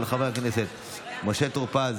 של חבר הכנסת משה טור פז